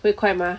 会快吗